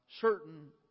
certain